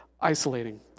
isolating